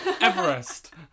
Everest